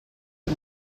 més